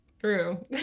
True